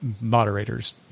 moderators